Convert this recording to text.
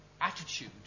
attitude